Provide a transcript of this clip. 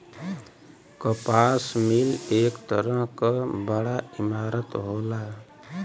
कपास मिल एक तरह क बड़ा इमारत होला